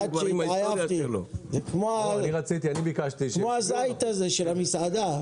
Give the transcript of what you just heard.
כמו הזית הזה במסעדה.